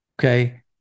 Okay